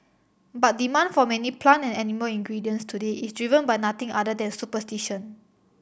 but demand for many plant and animal ingredients today is driven by nothing other than superstition